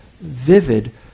vivid